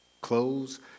clothes